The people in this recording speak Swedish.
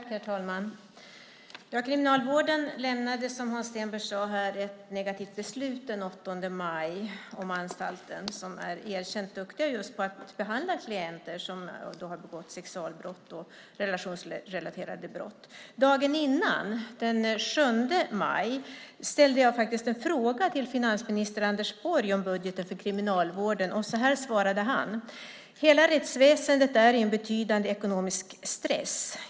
Herr talman! Kriminalvården lämnade som Hans Stenberg sade här ett negativt beslut den 8 maj om anstalten där man är erkänt duktig just på att behandla klienter som har begått sexualbrott och relationsrelaterade brott. Dagen innan, den 7 maj, ställde jag en fråga till finansminister Anders Borg om budgeten för Kriminalvården. Så här svarade han: "Hela rättsväsendet är i en betydande ekonomisk stress.